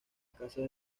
casas